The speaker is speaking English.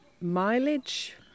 mileage